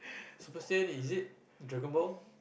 special is it dragon-ball